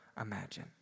imagine